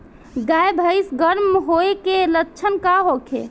गाय भैंस गर्म होय के लक्षण का होखे?